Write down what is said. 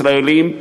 ישראלים,